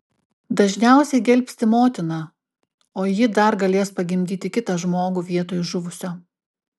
dažniausiai gelbsti motiną o ji dar galės pagimdyti kitą žmogų vietoj žuvusio